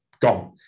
gone